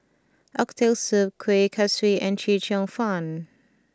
Oxtail Soup Kueh Kaswi and Chee Cheong Fun